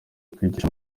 kwigisha